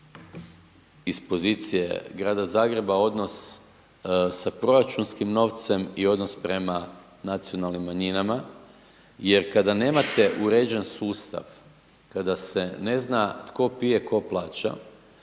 iz pozicije Grada Zagreba odnos sa proračunskim novcem i odnos prema nacionalnim manjinama jer kada nemate uređen sustav, kada se ne zna tko pije ko plaća,